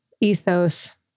ethos